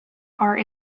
are